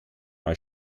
als